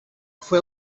fue